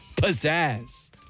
pizzazz